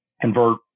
convert